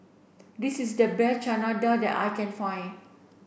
this is the best Chana Dal that I can find